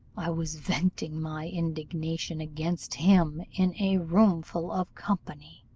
i was venting my indignation against him in a room full of company,